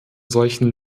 solchen